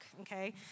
okay